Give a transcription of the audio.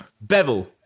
bevel